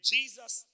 Jesus